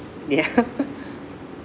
ya